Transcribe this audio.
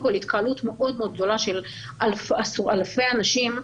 התקהלות מאוד-מאוד גדולה של אלפי אנשים,